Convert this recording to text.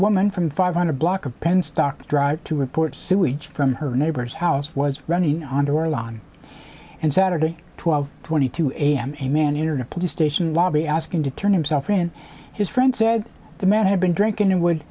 woman from five hundred block of penstock drive to report sewage from her neighbor's house was running onto our lawn and saturday twelve twenty two a m a man entered a police station lobby asking to turn himself in his friend said the man had been drinking and would